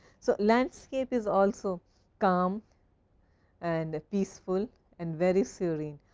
so, landscape is also calm and peaceful and very serene,